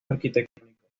arquitectónicos